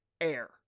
air